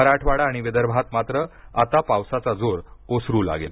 मराठवाडा आणि विदर्भात मात्र आता पावसाचा जोर ओसरू लागेल